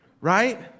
Right